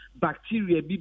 bacteria